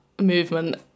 movement